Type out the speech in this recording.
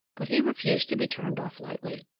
but he refused to be turned off lightly.